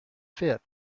fit